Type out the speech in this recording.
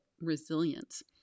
resilience